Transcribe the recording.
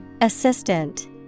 Assistant